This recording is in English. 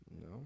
no